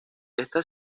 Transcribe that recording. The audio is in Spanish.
esta